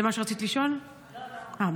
זה מה שרצית לשאול, עאידה?